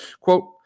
Quote